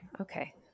Okay